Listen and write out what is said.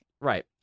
Right